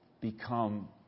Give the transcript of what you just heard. become